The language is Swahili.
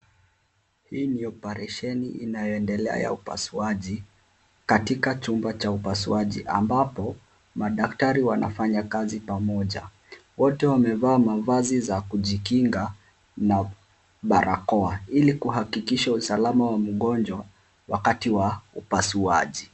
Hii ni operesheni inayoendelea ya upasuaji katika chumba cha upasuaji ambapo madaktari wanafanya kazi pamoja. Wote wamevaa mavazi za kujikinga na barakoa ili kuhakikisha usalama wa mgonjwa wakati wa upasuaji.